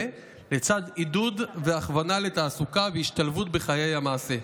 לצד עידוד והכוונה לתעסוקה והשתלבות בחיי המעשה.